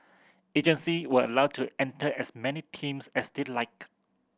agency were allowed to enter as many teams as they liked